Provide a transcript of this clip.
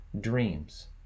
dreams